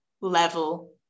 level